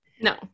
No